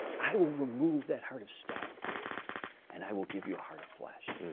i will remove that heart of stone and i will give you a heart of flesh.